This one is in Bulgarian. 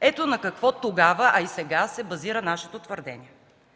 Ето на какво тогава, а и сега, се базира нашето твърдение.